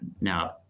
Now